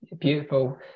beautiful